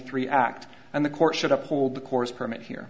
three act and the court should uphold the course permit here